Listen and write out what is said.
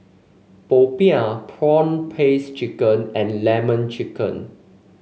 popiah prawn paste chicken and lemon chicken